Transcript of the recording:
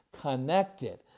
connected